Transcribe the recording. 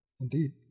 Indeed